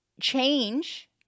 change